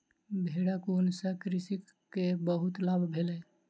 भेड़क ऊन सॅ कृषक के बहुत लाभ भेलै